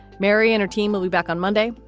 mary and her team will be back on monday.